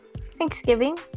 Thanksgiving